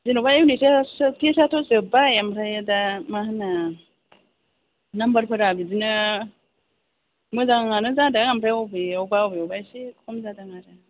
जेनेबा unit test आथ' जोब्बाय ओमफ्राय दा मा होनो नाम्बारफोरा बिदिनो मोजाङानो जादों ओमफ्राय बबेयावबा बबेयावबा एसे खम जादों आरो बेबायदि